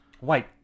Wait